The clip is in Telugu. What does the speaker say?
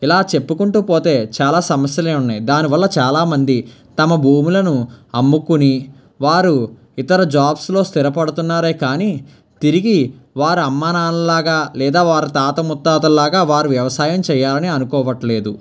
ఇలా చెప్పుకుంటు పోతే చాలా సమస్యలు ఉన్నాయి దాని వల్ల చాలామంది తమ భూములను అమ్ముకొని వారు ఇతర జాబ్స్ లో స్థిరపడుతున్నారు కానీ తిరిగి వారు అమ్మానాన్న లాగా లేదా వారి తాత ముత్తాతలలాగా వారు వ్యవసాయం చేయాలని అనుకోవట్లేదు